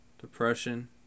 Depression